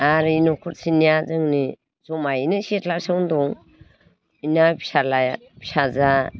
आरो बे नख'रसेनिया जोंनि जमायैनो सिथलासेयावनो दं बिना फिसाज्ला फिसाजोआ